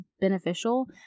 beneficial